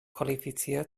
qualifiziert